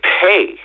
pay